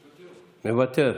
מוותר.